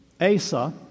Asa